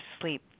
sleep